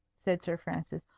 said sir francis.